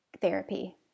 therapy